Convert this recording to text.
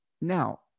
Now